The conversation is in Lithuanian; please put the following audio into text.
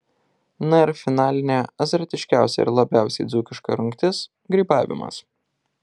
na ir finalinė azartiškiausia ir labiausiai dzūkiška rungtis grybavimas